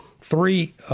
three